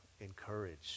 encourage